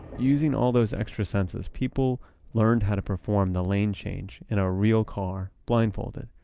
using all those extra senses, people learned how to perform the lane change in a real car, blindfolded.